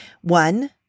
One